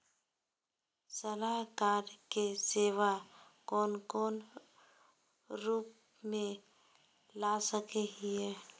सलाहकार के सेवा कौन कौन रूप में ला सके हिये?